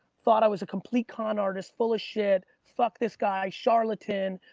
thought i was a complete con artist full of shit, fuck this guy, charlatan,